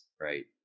right